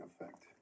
effect